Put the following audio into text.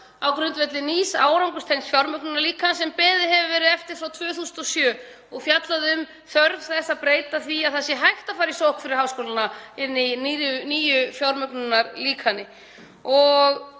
á grundvelli nýs árangurstengds fjármögnunarlíkans sem beðið hefur verið eftir frá 2007 og fjallaði um þörfina á því að hægt væri að fara í sókn fyrir háskólana með nýju fjármögnunarlíkani.